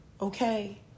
Okay